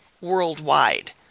worldwide